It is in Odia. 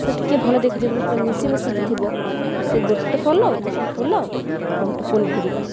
ସେ ଟିକେ ଭଲ ଦେଖାଯିବନି ପୁରା ମିଶି ମିଶିକି ଥିବ ସେ ଗୋଟେ ଫଳ ଗୋଟେ ଫୁଲ ଆଉ ଗୋଟେ ପନିପରିବା